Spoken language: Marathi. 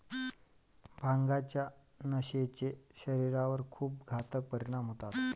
भांगाच्या नशेचे शरीरावर खूप घातक परिणाम होतात